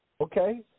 okay